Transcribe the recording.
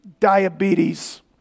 Diabetes